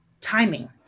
timing